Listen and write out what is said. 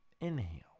Inhale